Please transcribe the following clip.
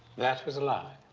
that was a lie?